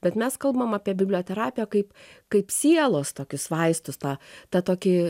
bet mes kalbam apie biblioterapiją kaip kaip sielos tokius vaistus tą tą tokį